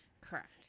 correct